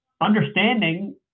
understanding